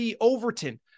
Overton